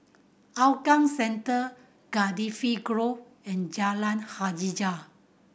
Hougang Central Cardifi Grove and Jalan Hajijah